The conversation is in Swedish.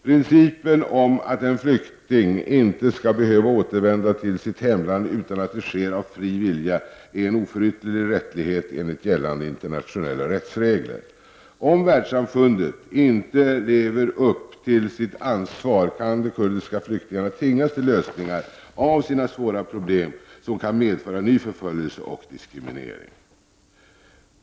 Principen att en flykting inte skall behöva återvända till sitt hemland utan att det sker av fri vilja är en oförytterlig rättighet enligt gällande internationella rättsregler. Om världssamfundet inte lever upp till sitt ansvar kan de kurdiska flyktingarna tvingas till lösningar av sina svåra problem som kan medföra ny förföljelse och diskriminering.